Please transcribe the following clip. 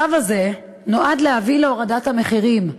הצו הזה נועד להביא להורדת המחירים,